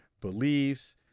beliefs